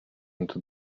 into